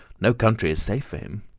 no country is safe for him.